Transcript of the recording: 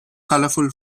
colourful